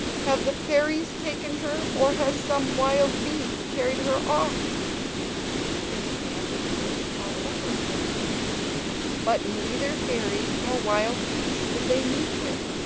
have the fairies taken her, or has some wild beast carried her off and they began their search all over again but neither fairies nor wild beasts did they meet with,